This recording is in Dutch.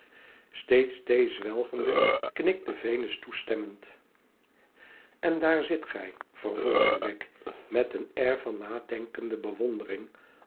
steeds thee zwelgende knikte venus toestemmend tn daar zit gij vervolgde wegg met een air van nadenkende bewondering